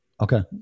Okay